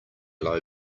low